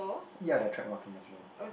ya there are track marks on the floor